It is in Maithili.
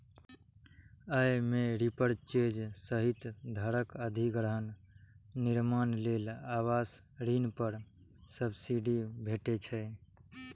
अय मे रीपरचेज सहित घरक अधिग्रहण, निर्माण लेल आवास ऋण पर सब्सिडी भेटै छै